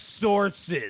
sources